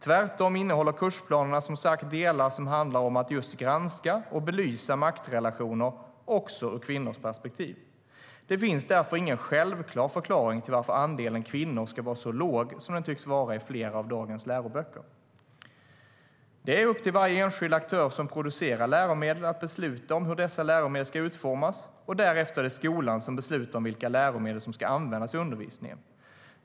Tvärtom innehåller kursplanerna som sagt delar som handlar om att granska och belysa maktrelationer också ur kvinnors perspektiv. Det finns därför ingen självklar förklaring till varför andelen kvinnor ska vara så låg som den tycks vara i flera av dagens läroböcker. Det är upp till varje enskild aktör som producerar läromedel att besluta om hur dessa läromedel ska utformas. Därefter är det skolan som beslutar om vilka läromedel som ska användas i undervisningen.